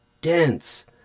dense